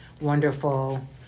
wonderful